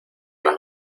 las